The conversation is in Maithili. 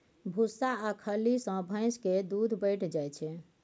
भुस्सा आ खल्ली सँ भैंस केर दूध बढ़ि जाइ छै